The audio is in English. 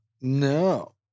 No